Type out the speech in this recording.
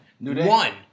One